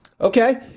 Okay